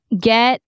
get